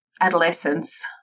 adolescence